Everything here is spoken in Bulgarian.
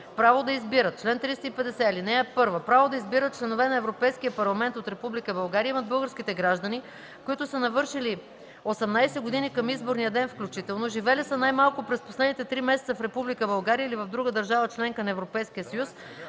„Право да избират Чл. 350. (1) Право да избират членове на Европейския парламент от Република България имат българските граждани, които са навършили 18 години към изборния ден включително, живели са най-малко през последните три месеца в Република България или в друга държава – членка на Европейския съюз,